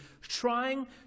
trying